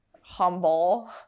humble